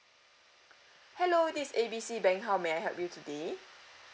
hello this is A B C bank how may I help you today